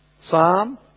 Psalm